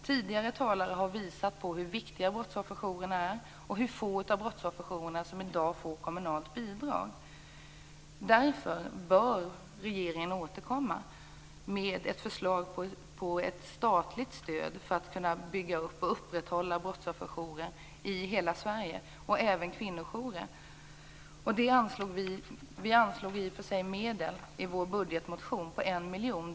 Tidigare talare har visat hur viktiga brottsofferjourerna är och hur få som i dag får kommunalt bidrag. Därför bör regeringen återkomma med ett förslag till statligt stöd för uppbyggnad och upprätthållande av brottsofferjourer och kvinnojourer i hela Sverige. Vi anslog medel i vår budgetmotion - 1 miljon.